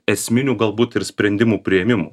esminių galbūt ir sprendimų priėmimų